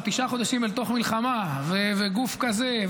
תשעה חודשים לתוך מלחמה וגוף כזה,